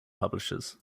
publishers